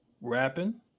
Rapping